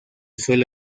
suelo